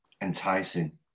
enticing